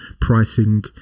pricing